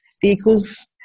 vehicles